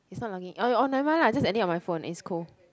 is not logging in or or nevermind lah just edit on my phone it's cool